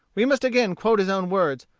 we must again quote his own words,